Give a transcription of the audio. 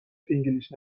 فینگلیش